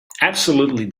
absolutely